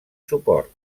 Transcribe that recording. suport